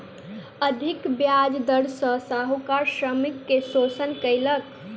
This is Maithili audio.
अधिक ब्याज दर सॅ साहूकार श्रमिक के शोषण कयलक